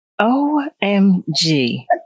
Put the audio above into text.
OMG